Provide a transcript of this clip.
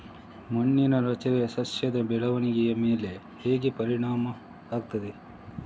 ಮಣ್ಣಿನ ರಚನೆಯು ಸಸ್ಯದ ಬೆಳವಣಿಗೆಯ ಮೇಲೆ ಹೇಗೆ ಪರಿಣಾಮ ಆಗ್ತದೆ?